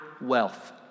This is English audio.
wealth